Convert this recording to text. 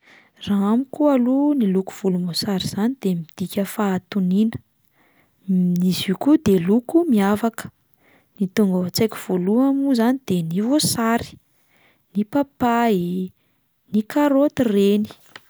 Raha amiko aloha ny loko volomboasary de midika fahatoniana, izy io koa de loko miavaka, ny tonga ao an-tsaiko voalohany moa izany de ny voasary, ny papay, ny karaoty ireny.